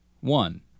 One